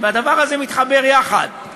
והדבר הזה מתחבר יחד.